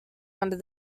under